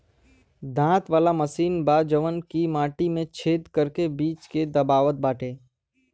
दांत वाला मशीन बा जवन की माटी में छेद करके बीज के दबावत बाटे